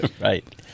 Right